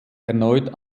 erneut